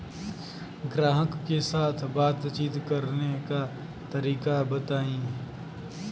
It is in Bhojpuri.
ग्राहक के साथ बातचीत करने का तरीका बताई?